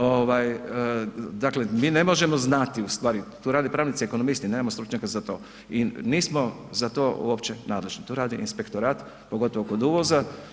Ovaj, dakle mi ne možemo znati, tu rade pravnici i ekonomisti, mi nemamo stručnjaka za to i nismo za to uopće nadležni, to radi inspektorat pogotovo kod uvoza.